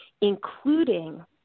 including